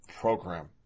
program